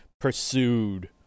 pursued